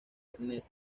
ernest